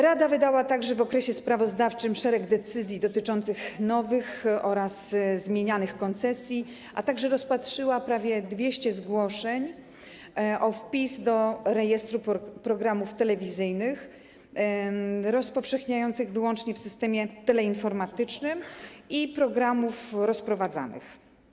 Rada wydała także w okresie sprawozdawczym szereg decyzji dotyczących nowych oraz zmienianych koncesji, a także rozpatrzyła prawie 200 zgłoszeń o wpis do rejestru programów telewizyjnych rozpowszechniających wyłącznie w systemie teleinformatycznym i programów rozprowadzanych.